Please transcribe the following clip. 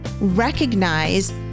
recognize